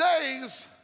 days